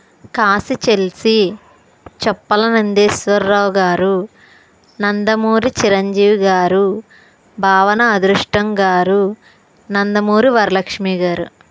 కాశి Chelsea చెప్పల నందేశ్వర్రావ్ గారు నందమూరి చిరంజీవి గారు భావన అదృష్టం గారు నందమూరి వరలక్ష్మి గారు